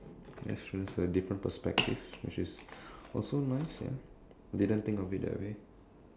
that's true that's true a different perspective which is also nice ya didn't think of it that way